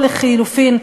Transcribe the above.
או לחלופין,